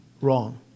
wrong